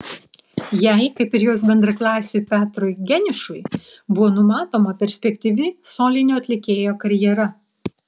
jai kaip ir jos bendraklasiui petrui geniušui buvo numatoma perspektyvi solinio atlikėjo karjera